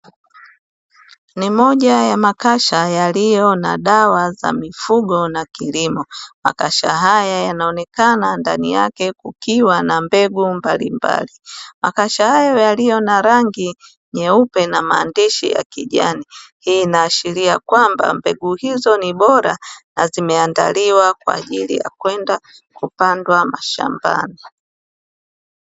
Ni moja ya makasha yaliyo na dawa za mifugo na kilimo. Makasha haya yanaonekana ndani yake kukiwa na mbegu mbalimbali. Makasha hayo yaliyo na rangi nyeupe na maandishi ya kijani; hii inaashiria kwamba mbegu hizo ni bora na zimeandaliwa kwa ajili ya kwenda kupandwa mashambani.